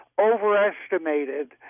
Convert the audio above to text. overestimated